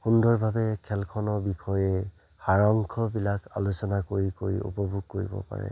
সুন্দৰভাৱে খেলখনৰ বিষয়ে সাৰাংশবিলাক আলোচনা কৰি কৰি উপভোগ কৰিব পাৰে